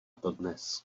dodnes